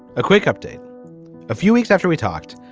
a quick update a few weeks after we talked.